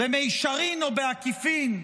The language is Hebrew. במישרין או בעקיפין,